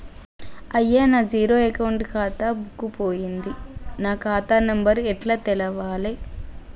అయ్యా నా zero account ఖాతా బుక్కు పోయింది నా ఖాతా నెంబరు ఎట్ల తెలవాలే?